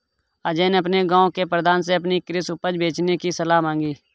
अजय ने अपने गांव के प्रधान से अपनी कृषि उपज बेचने की सलाह मांगी